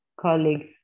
colleagues